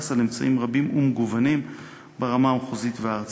על אמצעים רבים ומגוונים ברמה המחוזית והארצית.